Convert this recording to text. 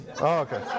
Okay